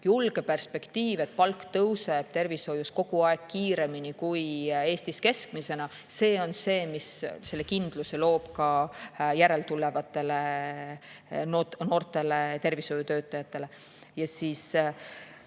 Julge perspektiiv, et palk tõuseb tervishoius kogu aeg kiiremini kui Eestis keskmisena, on see, mis loob kindluse ka järeltulevatele noortele tervishoiutöötajatele.